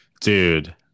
Dude